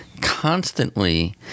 constantly